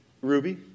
Ruby